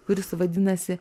kuris vadinasi